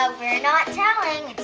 ah we're not telling.